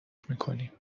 میکنیم